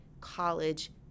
college